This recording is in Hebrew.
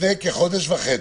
לפני כחודש וחצי,